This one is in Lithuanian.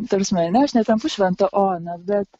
ta prasme ane aš netampu šventa ona bet